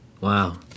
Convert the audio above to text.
Wow